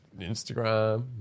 instagram